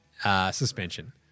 suspension